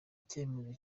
icyemezo